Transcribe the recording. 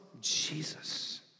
Jesus